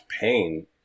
pain